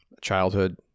childhood